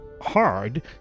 hard